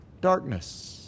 darkness